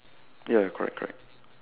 ya correct correct